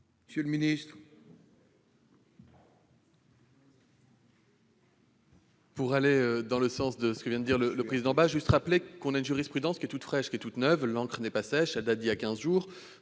monsieur le ministre,